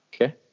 Okay